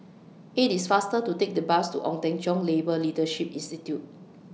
IT IS faster to Take The Bus to Ong Teng Cheong Labour Leadership Institute